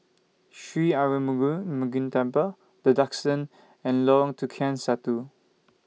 Sri Arulmigu Murugan Temple The Duxton and Lorong Tukang Satu